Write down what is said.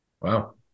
Wow